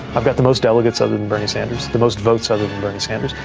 i've got the most delegates other than bernie sanders, the most votes other than bernie sanders.